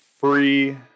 free